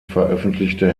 veröffentlichte